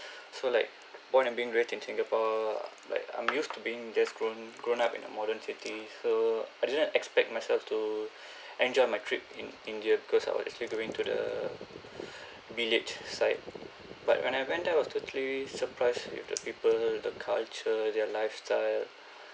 so like born and being raised in singapore like I'm used to being just grown grown up in a modern city so I didn't expect myself to enjoy my trip in india because I was actually going to the village side but when I went there I was totally surprised with the people the culture their lifestyle